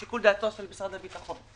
זה שיקול דעתו של משרד הביטחון.